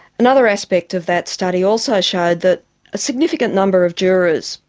another aspect of that study also showed that a significant number of jurors,